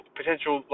potential